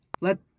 Let